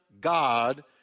God